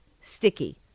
Sticky